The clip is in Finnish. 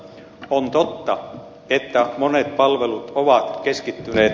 on totta että monet palvelut ovat keskittyneet